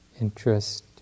interest